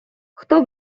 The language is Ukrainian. хто